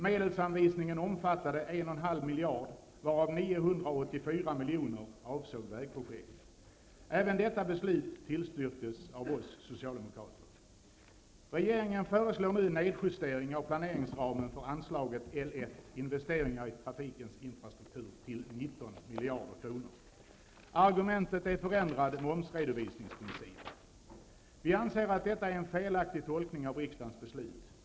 Medelsanvisningen omfattade 1,5 Även detta beslut tillstyrktes av oss socialdemokrater. Argumentet är förändrad momsredovisningsprincip. Vi anser att detta är en felaktig tolkning av riksdagens beslut.